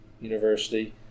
University